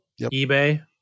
ebay